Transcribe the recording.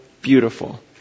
beautiful